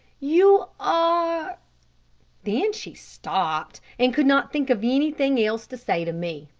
you are then she stopped, and could not think of anything else to say to me.